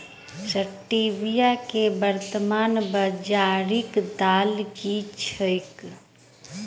Stevia केँ वर्तमान बाजारीक दाम की छैक?